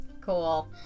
Cool